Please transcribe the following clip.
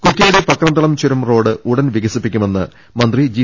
കുറ്റ്യാടി പക്രന്തളം ചുരം റോഡ് ഉടൻ വികസിപ്പിക്കുമെന്ന് മന്ത്രി ജി